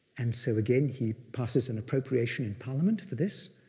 and so again, he passes an appropriation in parliament for this.